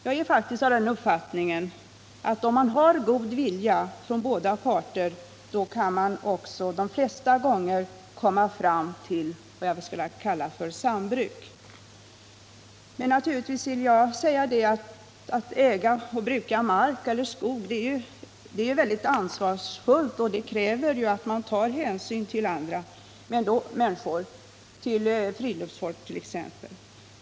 Jag är faktiskt av den uppfattningen att om båda parter har god vilja går det oftast att komma fram till vad jag skulle vilja kalla för sambruk. Men naturligtvis vill jag också säga: Att äga och bruka mark och skog är ansvarsfullt, och det kräver att man tar hänsyn till andra människor, till friluftsfolk t.ex.